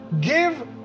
give